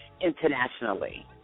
internationally